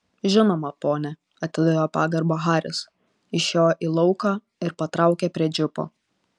žinoma pone atidavė pagarbą haris išėjo į lauką ir patraukė prie džipo